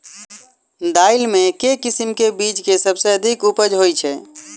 दालि मे केँ किसिम केँ बीज केँ सबसँ अधिक उपज होए छै?